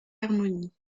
harmonie